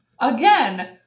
Again